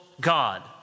God